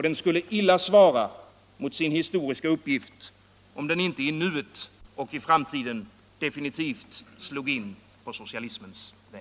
Den skulle illa svara mot sin historiska uppgift, om den inte i nuet och framtiden definitivt slog in på socialismens väg.